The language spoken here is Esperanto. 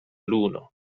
luno